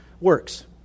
works